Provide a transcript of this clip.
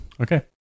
okay